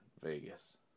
Vegas